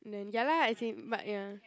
then ya lah as in but ya